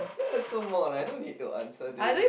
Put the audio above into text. come on I don't need to answer this